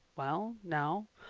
well now,